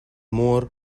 more